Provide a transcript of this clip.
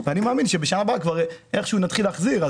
ואני מאמין שבשנה הבאה איכשהו נתחיל להחזיר,